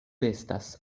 restas